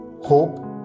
Hope